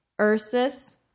Ursus